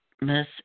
miss